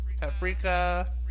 Paprika